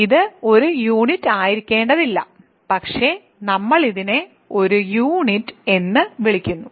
ഇത് ഒരു യൂണിറ്റ് ആയിരിക്കേണ്ടതില്ല പക്ഷേ നമ്മൾ അതിനെ ഒരു യൂണിറ്റ് എന്ന് വിളിക്കുന്നു